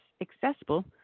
accessible